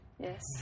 yes